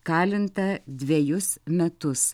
kalinta dvejus metus